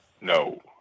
no